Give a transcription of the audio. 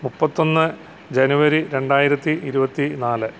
മുപ്പത്തൊന്ന് ജനുവരി രണ്ടായിരത്തി ഇരുപത്തി നാല്